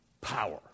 Power